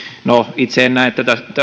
no itse en näe